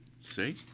See